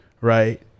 right